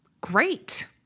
great